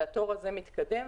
והתור הזה מתקדם.